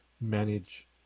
manage